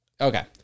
Okay